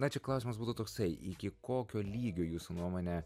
na čia klausimas būtų toksai iki kokio lygio jūsų nuomone